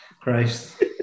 Christ